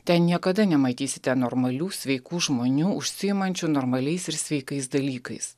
ten niekada nematysite normalių sveikų žmonių užsiimančių normaliais ir sveikais dalykais